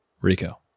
Rico